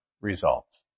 results